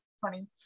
funny